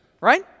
right